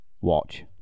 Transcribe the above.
watch